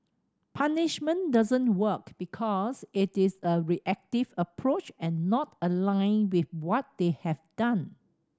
punishment doesn't work because it is a reactive approach and not aligned with what they have done